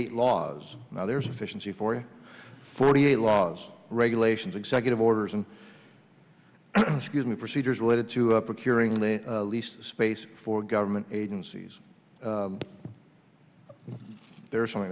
eight laws now there's efficiency for you forty eight laws regulations executive orders and scuse me procedures related to procuring the least space for government agencies there is something